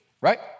right